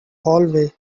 hallway